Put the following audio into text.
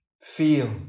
feel